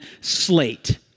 slate